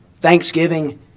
thanksgiving